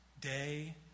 day